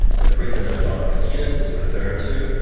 the prisoner donna mckinnis was referring to,